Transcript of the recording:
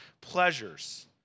pleasures